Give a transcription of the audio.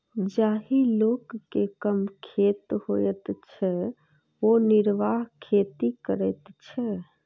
जाहि लोक के कम खेत होइत छै ओ निर्वाह खेती करैत छै